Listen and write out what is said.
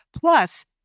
plus